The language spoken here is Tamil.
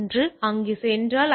அது அங்கு சென்றால் ஐ